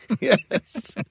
Yes